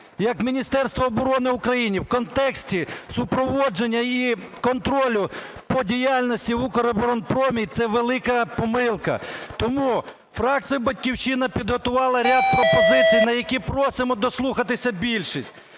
як Міністерство оборони України в контексті супроводження і контролю по діяльності "Укроборонпрому" – це велика помилка. Тому, фракція "Батьківщина" підготувала ряд пропозицій, на які просимо дослухатись більшість.